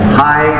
hi